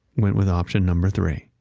went with option number three.